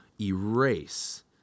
erase